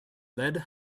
led